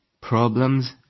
problems